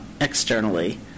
externally